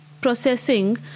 processing